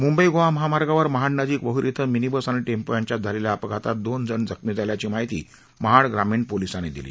मुंबई गोवा महामार्गावर महाडनजिक वहर इथं मिनीबस आणि टेम्पो यांच्यात झालेल्या अपघातात दोन जण जखमी झाल्याची माहिती महाड ग्रामीण पोलिसांनी दिली